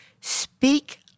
Speak